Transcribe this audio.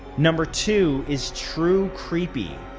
number two is true creepy.